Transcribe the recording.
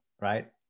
right